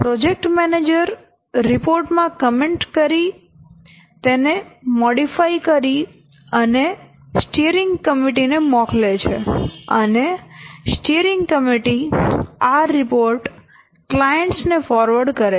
project manager report માં comment કરી તેને મોડિફાય કરી અને સ્ટીઅરિંગ કમિટી ને મોકલે છે અને સ્ટીઅરિંગ કમિટી આ રિપોર્ટ ક્લાયન્ટ્સ ને ફોરવર્ડ કરે છે